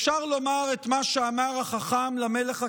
אפשר לומר את מה שאמר החכם למלך הכוזרי: